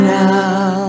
now